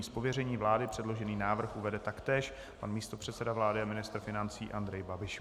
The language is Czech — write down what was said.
Z pověření vlády předložený návrh uvede taktéž pan místopředseda vlády a ministr financí Andrej Babiš.